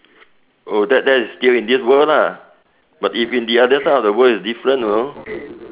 oh that that is still in this world lah but if in the other side of the world is different know